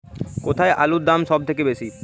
কোথায় আলুর দাম সবথেকে বেশি?